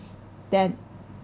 then